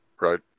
right